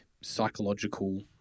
psychological